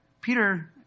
Peter